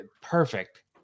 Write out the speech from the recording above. perfect